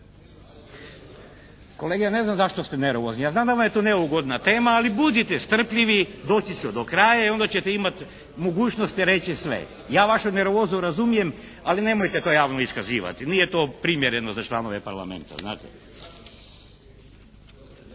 Kolege ne znam zašto ste nervozni. Ja znam da vam je to neugodna tema ali budite strpljivi, doći ću do kraja i onda ćete imati mogućnosti reći sve. Ja vašu nervozu razumijem ali nemojte to javno iskazivati, nije to primjereno za članove Parlamenta,